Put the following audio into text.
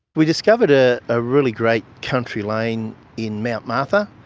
we discovered a ah really great country lane in mt martha.